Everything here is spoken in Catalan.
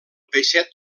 peixet